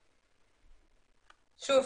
שוב,